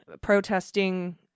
protesting